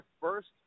first